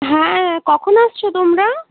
হ্যাঁ কখন আসছো তোমরা